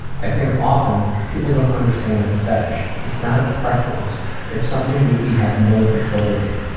i think often people don't understand fetish. it's not a preference it's something that we have no control over.